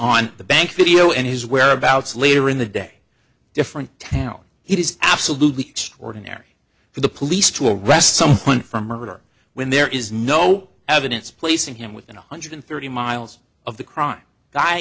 on the bank video and his whereabouts later in the day different town it is absolutely extraordinary for the police to arrest someone for murder when there is no evidence placing him within one hundred thirty miles of the crime